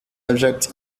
object